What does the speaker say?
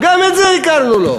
מסכן.